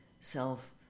Self